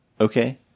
Okay